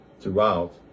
throughout